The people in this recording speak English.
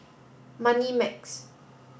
Moneymax